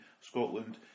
Scotland